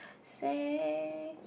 say